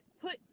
put